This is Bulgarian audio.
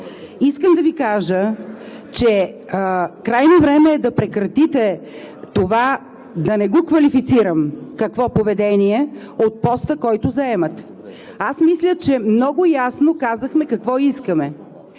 Искам да Ви кажа, че крайно време е да прекратите това – да не квалифицирам какво, поведение от поста, който заемате. Мисля, че много ясно казахме какво искаме.